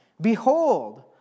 Behold